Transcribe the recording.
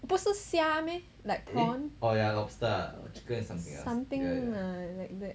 不是虾 meh like prawn something like that